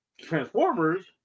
transformers